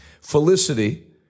Felicity